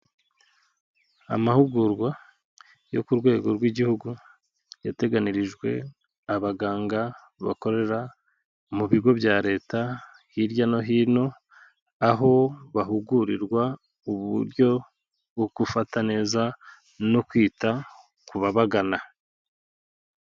Amahugurwa yo ku rwego rw'Igihugu yateganirijwe abaganga bakorera mu bigo bya Leta hirya no hino, aho bahugurirwa uburyo bwo gufata neza no kwita ku babagana.